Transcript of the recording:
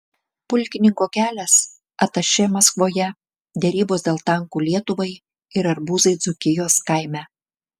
pulkininko kelias atašė maskvoje derybos dėl tankų lietuvai ir arbūzai dzūkijos kaime